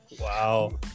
wow